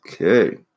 Okay